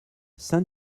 saint